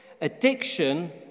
Addiction